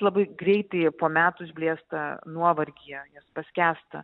labai greitai po metų išblėsta nuovargyje ir paskęsta